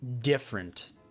different